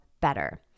better